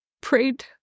prayed